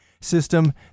system